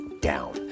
down